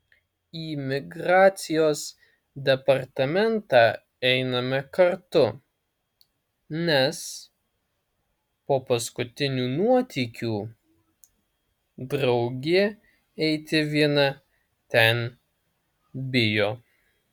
į migracijos departamentą einame kartu nes po paskutinių nuotykių draugė eiti viena ten bijo